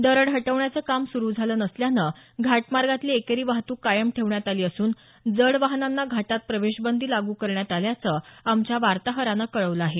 दरड हटवण्याचं काम स्रू झालं नसल्यानं घाटमार्गातली एकेरी वाहतूक कायम ठेवण्यात आली असून जड वाहनांना घाटात प्रवेशबंदी लागू करण्यात आल्याचं आमच्या वार्ताहरानं कळवलं आहे